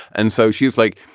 and so she's like,